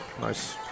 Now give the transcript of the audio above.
Nice